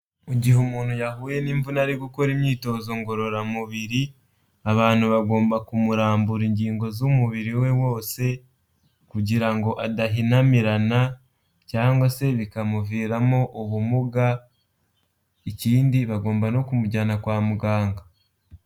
Mu gihe umuntu yahuye n'imvune ari gukora imyitozo ngororamubiri, abantu bagomba kumurambura ingingo z'umubiri we wose kugira ngo adahinamirana cyangwa se bikamuviramo ubumuga, ikindi bagomba no kumujyana kwa muganga.